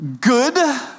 good